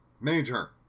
Major